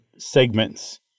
Segments